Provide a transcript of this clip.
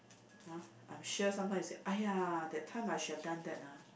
!huh! I'm sure sometimes you said !aiya! that time I should have done that ah